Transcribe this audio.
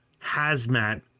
hazmat